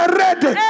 ready